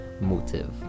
motive